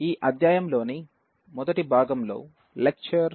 ఈ అధ్యాయంలోని మొదటి భాగంలో లెక్చర్ 3